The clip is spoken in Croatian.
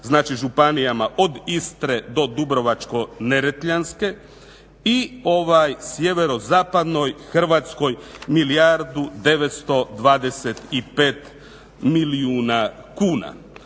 znači županijama od Istre do Dubrovačko-neretljanske i sjeverozapadnoj Hrvatskoj milijardu 925 milijuna kuna.